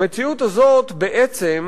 המציאות הזאת בעצם